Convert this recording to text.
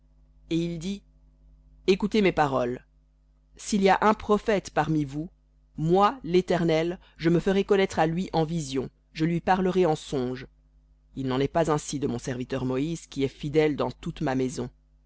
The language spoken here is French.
et il dit écoutez mes paroles s'il y a un prophète parmi vous moi l'éternel je me ferai connaître à lui en vision je lui parlerai en songe il n'en est pas ainsi de mon serviteur moïse qui est fidèle dans toute ma maison